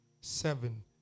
seven